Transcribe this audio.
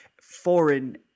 foreign